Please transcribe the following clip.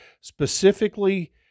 specifically